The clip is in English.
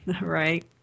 right